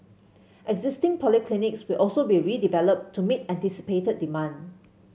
existing polyclinics will also be redeveloped to meet anticipated demand